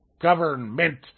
government